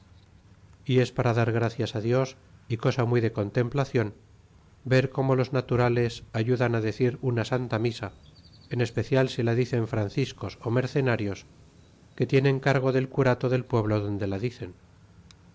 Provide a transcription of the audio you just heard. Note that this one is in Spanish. y es para dar gracias dios y cosa muy de contemplacion ver como los naturales ayudan decir una santa misa en especial si la dicen franciscos mercenarios que tienen cargo del curato del pueblo donde la dicen